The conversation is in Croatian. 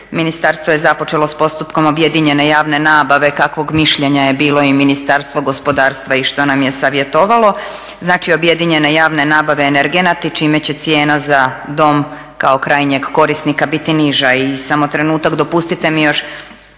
ministarstvo je započelo sa postupkom objedinjene javne nabave kakvog mišljenja je bilo i Ministarstvo gospodarstva i što nam je savjetovalo, znači objedinjene javne nabave energenata čime će cijena za dom kao krajnjeg korisnika biti niža. I samo trenutak, dopustite mi još